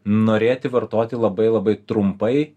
norėti vartoti labai labai trumpai